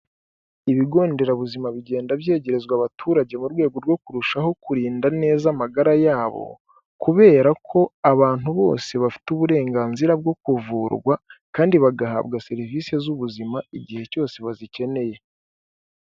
Ibigo nderabuzima bigenda byegerezwa abaturage mu rwego rwo kurushaho kurinda neza amagara yabo kubera ko abantu bose bafite uburenganzira bwo kuvurwa kandi bagahabwa serivisi z'ubuzima igihe cyose bazikeneye.